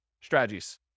strategies